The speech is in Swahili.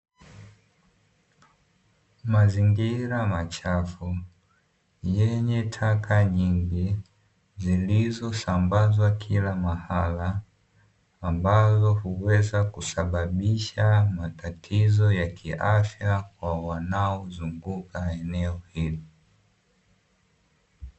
Mazingira machafu yenye taka nyingi zilizosambazwa kila mahala, ambazo huweza kusababisha matatizo ya kiafya kwa wanaozunguka eneo hili.